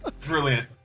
Brilliant